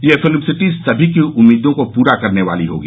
यह film city सभी की उम्मीदों को पूरा करने वाली होगी